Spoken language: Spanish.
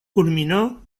culminó